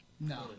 No